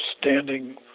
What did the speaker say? standing